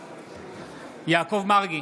בעד יעקב מרגי,